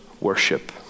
worship